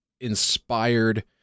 inspired